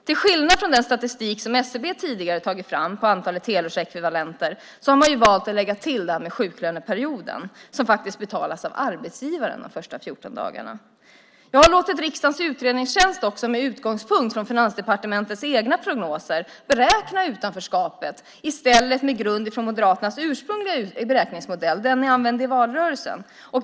Till skillnad från den statistik som SCB tidigare har tagit fram över antalet helårsekvivalenter har man valt att lägga till sjuklöneperioden, som faktiskt betalas av arbetsgivaren de första 14 dagarna. Jag har låtit riksdagens utredningstjänst beräkna utanförskapet med utgångspunkt från Finansdepartementets egna prognoser i stället för Moderaternas ursprungliga beräkningsmodell - den ni använde i valrörelsen.